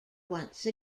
once